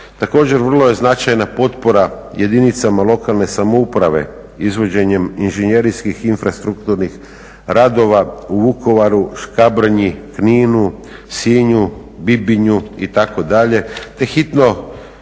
Također vrlo je značajna potpora jedinicama lokalne samouprave izvođenjem inženjerskih infrastrukturnih radova u Vukovaru, Škabrnji, Kninu, Sinju, Bibinju itd.,